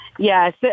Yes